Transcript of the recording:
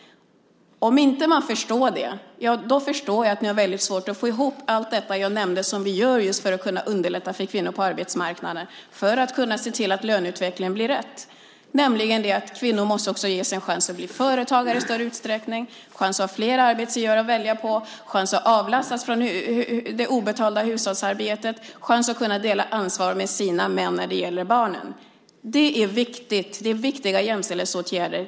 Om man inte förstår det förstår jag att man har väldigt svårt att få ihop allt det som jag nämnde att vi gör just för att kunna underlätta för kvinnor på arbetsmarknaden och för att kunna se till att löneutvecklingen blir rätt. Det handlar nämligen om att kvinnor också måste ges en chans att bli företagare i större utsträckning, en chans att ha flera arbetsgivare att välja på, en chans att avlastas från det obetalda hushållsarbetet och en chans att kunna dela ansvaret med sina män när det gäller barnen. Det är viktigt. Det är viktiga jämställdhetsåtgärder.